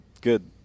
good